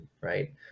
right